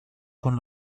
con